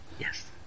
Yes